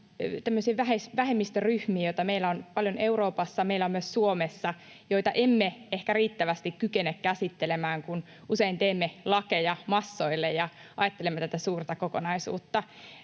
tämmöisiin vähemmistöryhmiin, joita meillä on paljon Euroopassa ja meillä on myös Suomessa, joita emme ehkä riittävästi kykene käsittelemään, kun usein teemme lakeja massoille ja ajattelemme tätä suurta kokonaisuutta.